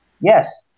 Yes